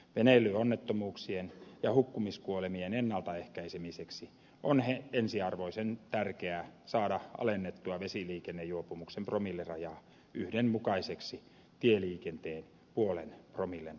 veneilyonnettomuuksien ja hukkumiskuolemien ennaltaehkäisemiseksi on ensiarvoisen tärkeää saada alennettua vesiliikennejuopumuksen promilleraja yhdenmukaiseksi tieliikenteen puolen promillen rajan kanssa